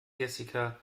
jessica